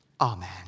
Amen